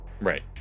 Right